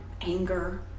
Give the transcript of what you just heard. anger